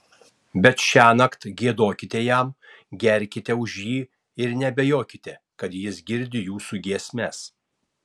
bet šiąnakt giedokite jam gerkite už jį ir neabejokite kad jis girdi jūsų giesmes